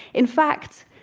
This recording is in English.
in fact,